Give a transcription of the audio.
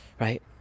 right